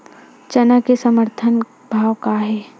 चना के समर्थन भाव का हे?